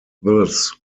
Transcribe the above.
thus